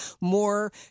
more